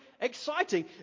exciting